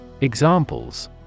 Examples